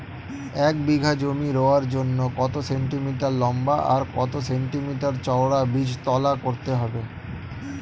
এক বিঘা জমি রোয়ার জন্য কত সেন্টিমিটার লম্বা আর কত সেন্টিমিটার চওড়া বীজতলা করতে হবে?